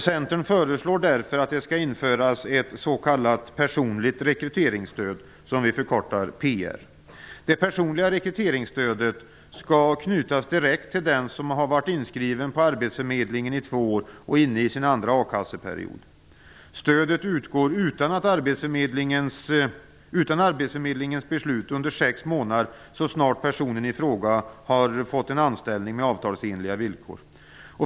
Centern föreslår därför att det skall införas ett s.k. personligt rekryteringsstöd, PR. Det personliga rekryteringsstödet skall knytas direkt till den som har varit inskriven på arbetsförmedlingen i två år och är inne på sin andra a-kasseperiod. Stödet utgår utan arbetsförmedlingens beslut under sex månader så snart personen i fråga har fått en anställning med avtalsenliga villkor.